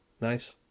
Nice